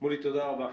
מולי, תודה רבה.